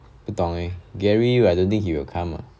不懂 eh gary I don't think he will come ah